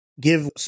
give